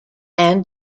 and